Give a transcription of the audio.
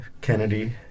Kennedy